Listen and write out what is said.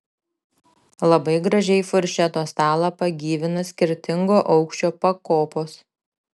labai gražiai furšeto stalą pagyvina skirtingo aukščio pakopos